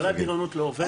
עליי בריונות לא עובדת.